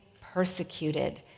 persecuted